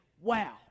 wow